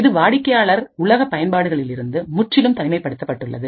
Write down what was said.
இது வாடிக்கையாளர் உலக பயன்பாடுகளில் இருந்து முற்றிலும் தனிமை படுத்தப்பட்டுள்ளது